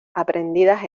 aprendidas